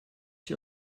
sie